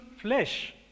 flesh